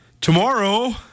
Tomorrow